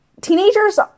teenagers